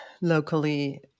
locally